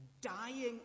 dying